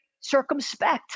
circumspect